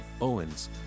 Owens